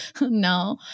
No